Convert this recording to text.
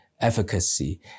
efficacy